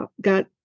got